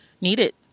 needed